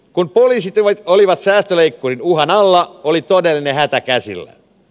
kun poliisit olivat säästöleikkurin uhan alla oli todellinen hätä käsillä